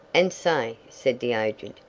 and say, said the agent,